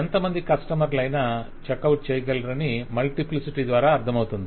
ఎంతమంది కస్టమర్లు అయినా చెక్ అవుట్ చేయగలరని మల్టిప్లిసిటీ ద్వారా అర్థమవుతుంది